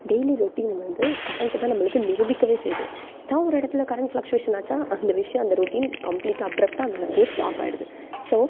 daily ரொட்டீனை வந்து current தான் நம்மளுக்கு நிரூபிக்கவே செய்து ஏதோ ஒரு இடத்துல கரண்ட் ஃப்ளக்ஷுவேஷன் ஆச்சா அந்த விஷயம் அந்த ரொட்டீன் கம்ப்ளீட்டாக அப்ரப்ட்டாக அப்படியே ஸ்டாப் ஆகிடுது ஸோ